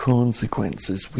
consequences